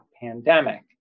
pandemic